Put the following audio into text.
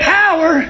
power